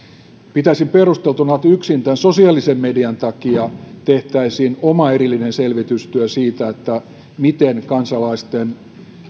pitäisin perusteltuna että yksin sosiaalisen median takia tehtäisiin oma erillinen selvitystyö siitä miten kansalaisten